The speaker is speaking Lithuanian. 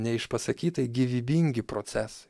neišpasakytai gyvybingi procesai